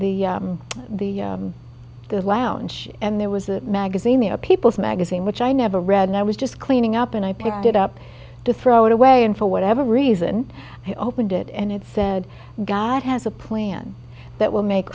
into the the lounge and there was a magazine you know people's magazine which i never read and i was just cleaning up and i picked it up to throw it away and for whatever reason i opened it and it said god has a plan that will make